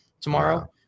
tomorrow